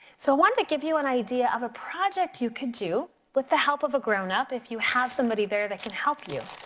so i wanted give you an idea of a project you could do with the help of a grown up if you have somebody there that can help you.